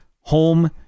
home